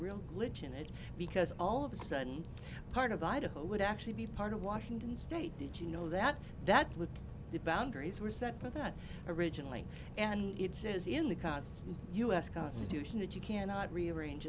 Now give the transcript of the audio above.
real glitch in it because all of a sudden part of idaho would actually be part of washington state that you know that that was the boundaries were set for that originally and it says in the const us constitution that you cannot rearrange